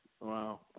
Wow